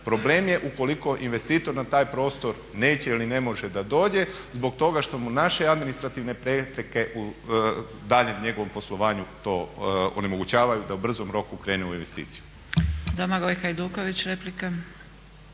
Problem je ukoliko investitor na taj prostor neće ili ne može da dođe zbog toga što mu naše administrativne prepreke u daljem njegovom poslovanju to onemogućavaju da u brzom roku krene u investiciju.